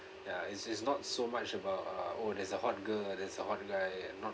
ya it's it's not so much about uh oh there's a hot girl there's a hot guy and not